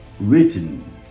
written